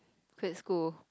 quit school